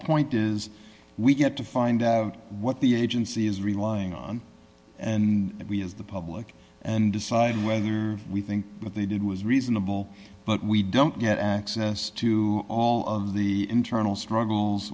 point is we get to find what the agency is relying on and we as the public and decide whether we think with they did was reasonable book we don't get access to all of the internal struggles